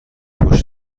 پشت